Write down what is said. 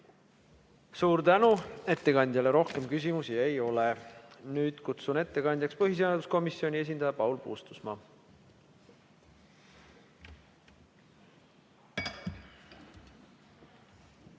Suur tänu! Ettekandjale rohkem küsimusi ei ole. Nüüd kutsun ettekandjaks põhiseaduskomisjoni esindaja Paul Puustusmaa.